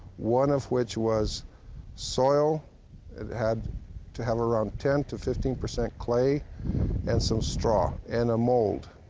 one of which was soil it had to have around ten to fifteen percent clay and some straw and a mold,